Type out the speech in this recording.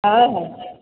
हा हा